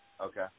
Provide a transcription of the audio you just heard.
Okay